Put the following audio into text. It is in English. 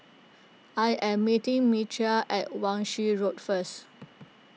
I am meeting Myrta at Wan Shih Road first